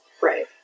Right